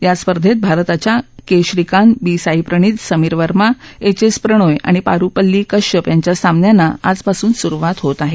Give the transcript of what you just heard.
या स्पर्धेत भारताच्या Kidambi Srikanth B Sai Praneeth Sameer Verma H S Prannoy आणि पारुपल्ली कश्यप यांच्या सामन्यांना आजपासून सुरुवात होत आहे